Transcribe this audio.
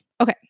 okay